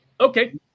Okay